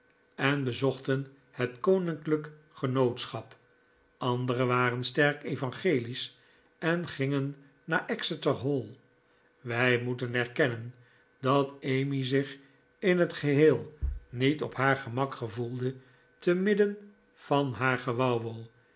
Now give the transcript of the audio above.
en bezochten het koninklijk genootschap andere waren streng evangelisch en gingen naar exeter hall wij moeten erkennen dat emmy zich in het geheel niet op haar gemak gevoelde te midden van haar gewauwel